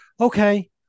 Okay